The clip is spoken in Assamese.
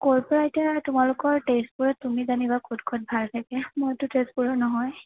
ক'ৰ পৰা এতিয়া তোমালোকৰ তেজপুুৰত তুমি জানিবা ক'ত ক'ত ভাল থাকে মইতো তেজপুুৰৰ নহয়